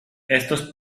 estos